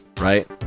right